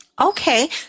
Okay